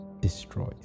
destroys